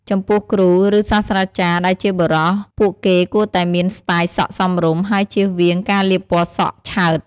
ចំពោះគ្រូ ឬ សាស្ត្រាចារ្យដែលជាបុរស ពួកគេគួរតែមានស្ទាយសក់សមរម្យ ហើយចៀសវាង ការលាបពណ៌សក់ឆើត។